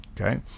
okay